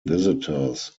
visitors